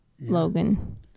Logan